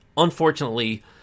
Unfortunately